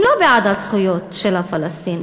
הם לא בעד הזכויות של הפלסטינים,